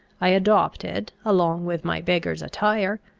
i adopted, along with my beggar's attire,